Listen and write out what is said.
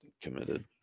committed